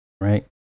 right